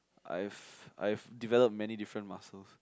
I've I've developed many different muscles